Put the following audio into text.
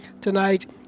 tonight